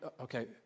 okay